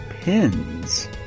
pins